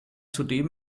zudem